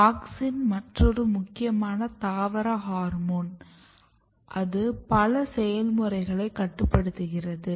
ஆக்ஸினும் மற்றொரு முக்கியமான தாவர ஹோர்மோன் அது பல செயல்முறைகளை கட்டுப்படுத்துகிறது